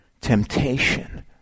temptation